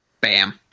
Bam